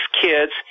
kids